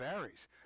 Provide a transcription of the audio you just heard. varies